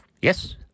Yes